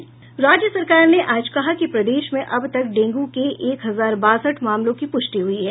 राज्य सरकार ने आज कहा कि प्रदेश में अब तक डेंगू के एक हजार बासठ मामलों की पुष्टि हुई है